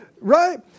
Right